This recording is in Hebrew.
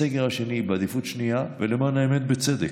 בסגר השני, בעדיפות שנייה, ולמען האמת, בצדק,